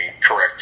correct